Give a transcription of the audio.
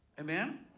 Amen